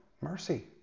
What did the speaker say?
mercy